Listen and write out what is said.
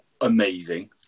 amazing